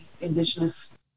Indigenous